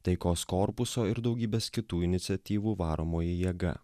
taikos korpuso ir daugybės kitų iniciatyvų varomoji jėga